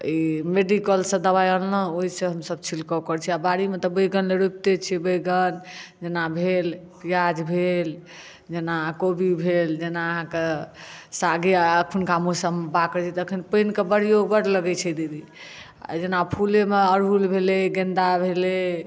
ई medical सँ दवाइ अनलहुॅं ओहिसँ हमसब छिड़काउ करै छियै आ बाड़ी मे तऽ हमसब बैगन रोपिते छियै बैगन जेना भेल प्याज भेल जेना कोबी भेल जेना अहाँके सागे अखुनका मौसम मे बाग करै छियै तऽ अखन पानि के प्रयोग बड लगै छै दीदी आ जेना फुले मे अड़हुल भेलै गेंदा भेलै